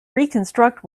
reconstruct